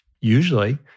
usually